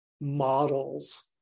models